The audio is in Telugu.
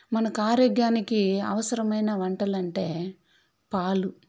మనకు ఆరోగ్యానికి అవసరమైన వంటలు అంటే పాలు